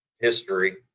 history